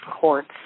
courts